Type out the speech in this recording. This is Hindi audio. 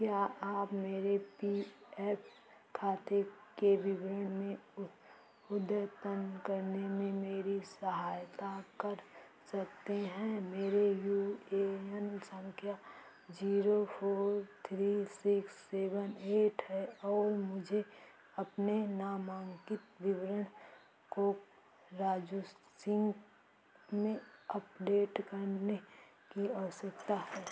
क्या आप मेरे पी एफ़ खाते के विवरण में अद्यतन करने में मेरी सहायता कर सकते हैं मेरे यू ए एन सँख्या zero four three six seven eight है और मुझे अपने नामान्कित विवरण को राजू सिंह में अपडेट करने की आवश्यकता है